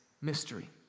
mystery